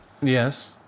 Yes